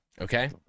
okay